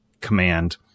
command